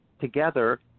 together